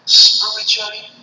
spiritually